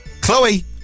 Chloe